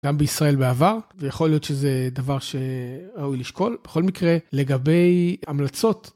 גם בישראל בעבר, ויכול להיות שזה דבר שראוי לשקול, בכל מקרה, לגבי המלצות.